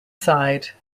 side